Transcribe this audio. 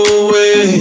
away